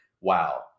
wow